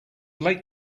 late